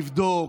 יבדוק,